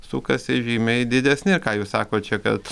sukasi žymiai didesni ką jūs sakot čia kad